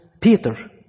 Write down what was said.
Peter